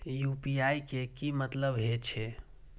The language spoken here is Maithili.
यू.पी.आई के की मतलब हे छे?